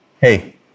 hey